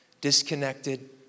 disconnected